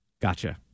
Gotcha